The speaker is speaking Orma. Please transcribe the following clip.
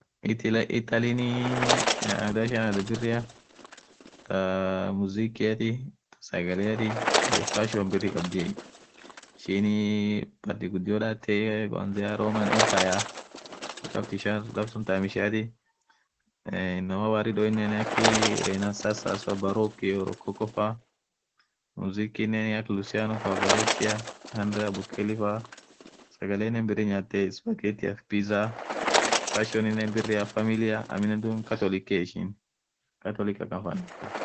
Itilan italinii adhaa ishian adhaa birri thaa mzikiathi thaa sagaleathi iyo fashion birri khabdhiye ishini part ghudio dhathi kwanzia roman empire laff suun thaam ishiathi inamaa warri dhoo iiiii akhi rinenussavaa byrongoa faaa mzikinen akaa lusiano vavarothia andraaa bukeli faa sagalenen birri nyathiye suppergetiaf pizza passioninen birri familia aminen catholikiyee ishinen catholic akan fan jirthii